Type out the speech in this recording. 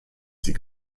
sie